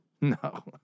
No